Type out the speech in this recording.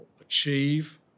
achieve